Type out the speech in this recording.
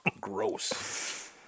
Gross